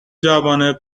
جوانب